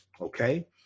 Okay